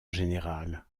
général